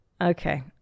Okay